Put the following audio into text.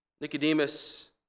Nicodemus